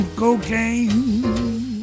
cocaine